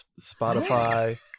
Spotify